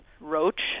roach